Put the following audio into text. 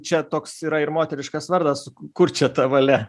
čia toks yra ir moteriškas vardas kur čia ta valia